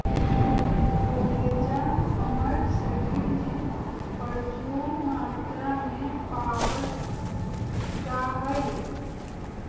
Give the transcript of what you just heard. collagen हमर शरीर में परचून मात्रा में पावल जा हई